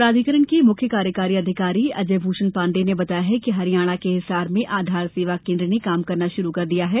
प्राधिकरण के मुख्य कार्यकारी अधिकारी अजय भृषण पांडेय ने बताया कि हरियाणा के हिसार में आधार सेवा केन्द्र ने काम करना शुरू कर दिया है